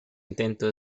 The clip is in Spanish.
intento